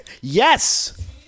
Yes